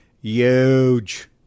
huge